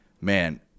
man